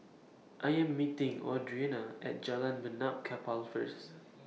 I Am meeting Audrina At Jalan Benaan Kapal First